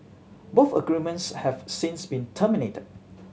both agreements have since been terminated